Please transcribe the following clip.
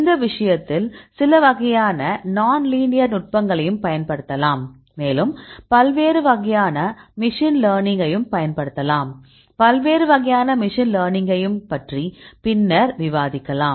இந்த விஷயத்தில் சில வகையான நான் லீனியர் நுட்பங்களையும் பயன்படுத்தலாம் மேலும் பல்வேறு வகையான மெஷின் லேர்னிங்கையும் பயன்படுத்தலாம் பல்வேறு வகையான மெஷின் லேர்னிங்கை பற்றி பின்னர் விவாதிக்கலாம்